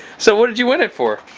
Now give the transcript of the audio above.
so what did you win it for?